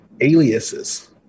aliases